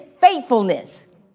faithfulness